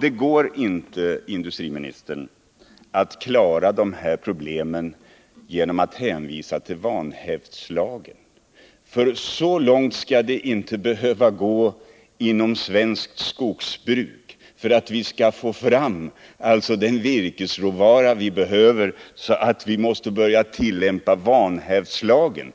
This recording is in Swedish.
Det går inte, herr industriminister, att klara de här problemen genom att hänvisa till vanhävdslagen. Så långt skall det inte behöva gå inom svenskt skogsbruk att vi, för att få fram den virkesråvara vi behöver, måste börja tillämpa vanhävdslagen.